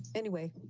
anyway,